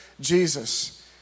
Jesus